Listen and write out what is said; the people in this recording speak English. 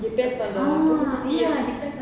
depends on the capacity ah